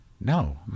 No